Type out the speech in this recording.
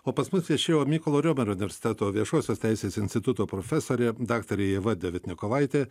o pas mus viešėjo mykolo romerio universiteto viešosios teisės instituto profesorė daktarė ieva devitniakovaitė